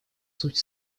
суть